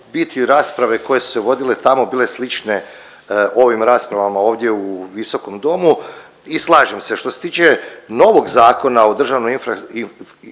biti rasprave koje su se vodile tamo bile slične ovim raspravama ovdje u Visokom domu. I slažem se. Što se tiče novog Zakona o državnoj